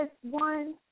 one